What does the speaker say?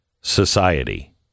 society